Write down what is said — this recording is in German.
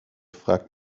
fragt